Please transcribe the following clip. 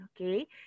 okay